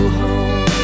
home